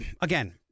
again